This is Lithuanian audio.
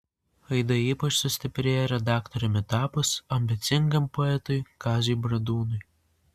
aidai ypač sustiprėjo redaktoriumi tapus ambicingam poetui kaziui bradūnui